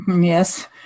yes